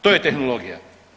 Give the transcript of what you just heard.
To je tehnologija.